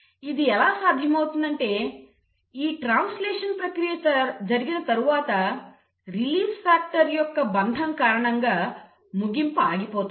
ఇది ఎలా సాధ్యమవుతుంది అంటే ఈ ట్రాన్స్లేషన్ ప్రక్రియ జరిగిన తర్వాత రిలీజ్ ఫాక్టర్ యొక్క బంధం కారణంగా ముగింపు ఆగిపోతుంది